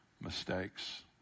mistakes